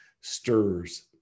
stirs